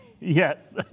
Yes